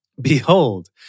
Behold